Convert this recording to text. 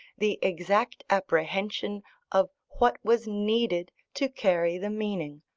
the exact apprehension of what was needed to carry the meaning.